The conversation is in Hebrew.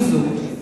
עם זאת,